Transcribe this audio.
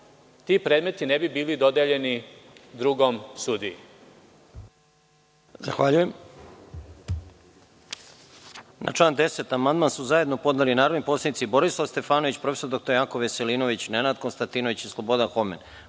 ti predmeti ne bi bili dodeljeni drugom sudiji.